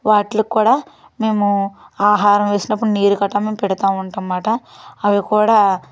వాటికి కూడా మేము ఆహారము వేసినప్పుడు నీరు గటా మేము పెడతు ఉంటాం అన్నమాట అవి కూడా